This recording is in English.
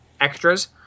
extras